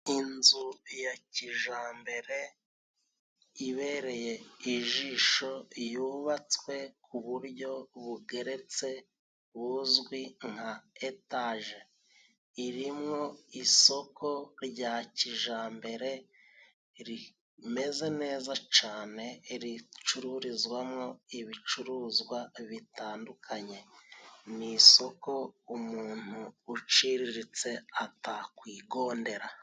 Inzu ya kijambere ibereye ijisho yubatswe ku buryo bugeretse buzwi nka etaje. Iri mwo isoko rya kijambere rimeze neza cane ricururizwamwo ibicuruzwa bitandukanye. Ni isoko umuntu uciriritse atakwigondera.